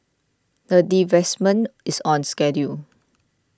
the divestment is on schedule